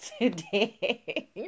today